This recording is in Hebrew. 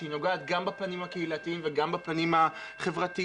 שנוגעת גם בפנים הקהילתיים וגם בפנים החברתיים,